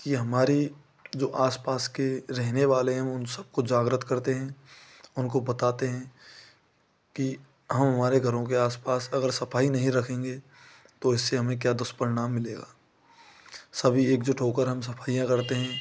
कि हमारी जो आस पास के रहने वाले हैं उन सबको जागृत करते हैं उनको बताते हैं कि हम हमारे घरों के आस पास अगर सफाई नहीं रखेंगे तो इससे हमें क्या दुष्परिणाम मिलेगा सभी एकजुट होकर हम सफाइयाँ करते हैं